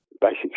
basic